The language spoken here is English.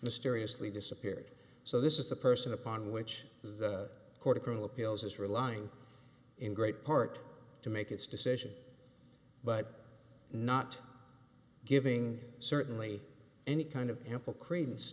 mysteriously disappeared so this is the person upon which the court of criminal appeals is relying in great part to make its decision but not giving certainly any kind of ample credence